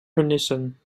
vernissen